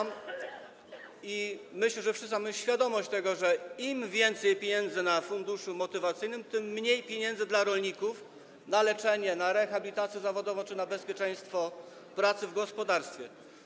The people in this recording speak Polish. Myślę, że wszyscy mamy świadomość tego, że im więcej pieniędzy na funduszu motywacyjnym, tym mniej pieniędzy dla rolników na leczenie, na rehabilitację zawodową czy na zapewnienie bezpieczeństwa pracy w gospodarstwie.